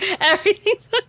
everything's